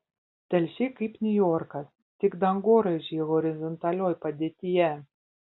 telšiai kaip niujorkas tik dangoraižiai horizontalioj padėtyje